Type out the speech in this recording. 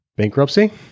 bankruptcy